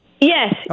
Yes